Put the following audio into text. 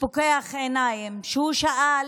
פוקח עיניים, והוא שאל